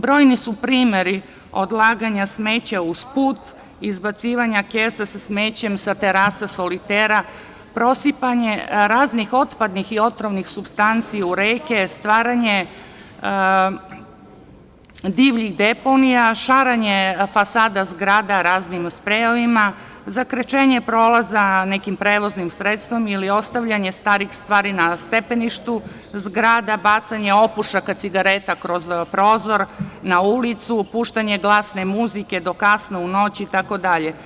Brojni su primeri odlaganja smeća uz put, izbacivanja kesa sa smećem sa terasa solitera, prosipanja raznih otpadnih i otrovnih supstanci u reke, stvaranja divljih deponija, šaranja fasada zgrada raznim sprejevima, zakrčenja prolaza nekim prevoznim sredstvom ili ostavljanja starih stvari na stepeništu zgrada, bacanja opušaka cigareta kroz prozor na ulicu, puštanja glasne muzike do kasno u noć itd.